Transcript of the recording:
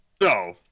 No